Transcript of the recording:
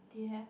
do you have